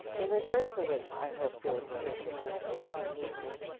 in return for which i hope you'll encourage your friends not to hate me.